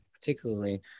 particularly